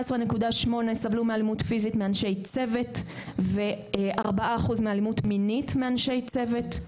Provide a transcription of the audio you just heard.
17.8% סבלו מאלימות פיזית מאנשי צוות ו-4% מאלימות מינית מאנשי צוות.